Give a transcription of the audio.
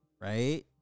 right